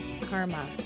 karma